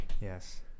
Yes